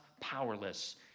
powerless